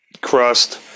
crust